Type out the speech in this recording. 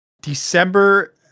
December